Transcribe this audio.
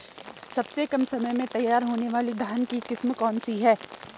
सबसे कम समय में तैयार होने वाली धान की किस्म कौन सी है?